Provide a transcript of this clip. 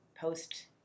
post